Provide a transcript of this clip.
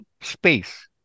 space